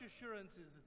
assurances